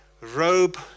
robe